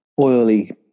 Oily